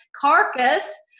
Carcass